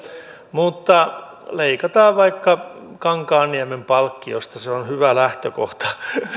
mutta leikataan vaikka kankaanniemen palkkiosta se on hyvä lähtökohta